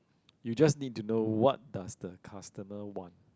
you just need to know what does the customer want